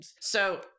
So-